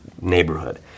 neighborhood